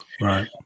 Right